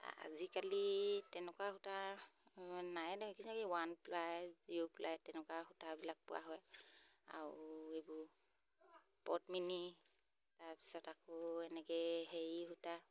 আজিকালি তেনেকুৱা সূতা নাই দেখি নেকি ওৱান প্লাই জিৰ' প্লাই তেনেকুৱা সূতাবিলাক পোৱা হয় আৰু এইবোৰ পদ্মিনী তাৰপিছত আকৌ এনেকৈ হেৰি সূতা